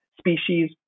species